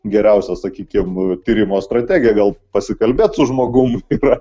geriausia sakykim tyrimo strategija gal pasikalbėt su žmogum yra